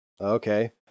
Okay